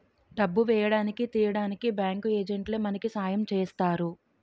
డబ్బు వేయడానికి తీయడానికి బ్యాంకు ఏజెంట్లే మనకి సాయం చేస్తారు